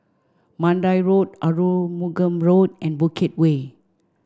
Mandai Road Arumugam Road and Bukit Way